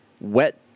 wet